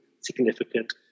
significant